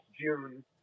June